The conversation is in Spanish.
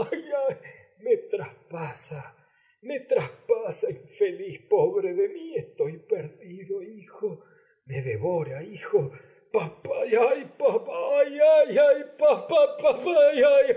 me traspasa me traspasa feliz pobre de mi estoy perdido hijo me devora hijo papay los appapapay papappapappapappapay cerca o pol